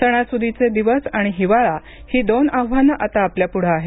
सणासुदीचे दिवस आणि हिवाळा ही दोन आव्हानं आता आपल्यापुढे आहेत